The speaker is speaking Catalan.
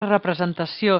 representació